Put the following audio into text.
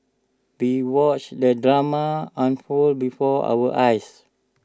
we watched the drama unfold before our eyes